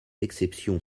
exceptions